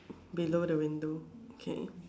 below the window okay